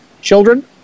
children